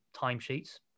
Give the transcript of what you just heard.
timesheets